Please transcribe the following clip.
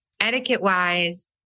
etiquette-wise